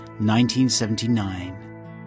1979